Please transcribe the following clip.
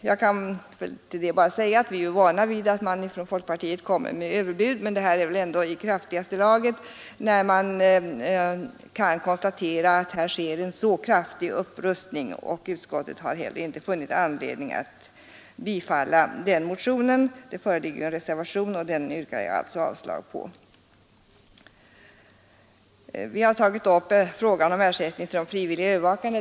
Jag kan till det bara säga att vi är vana vid att man från folkpartiet kommer med överbud, men detta är väl ändå i kraftigaste laget, när man kan konstatera att här sker en så stark upprustning. Utskottet har heller inte funnit anledning att bifalla den motionen. Det föreligger en reservation, och den yrkar jag alltså avslag på. Vi har tagit upp frågan om ersättning till de frivilliga övervakarna.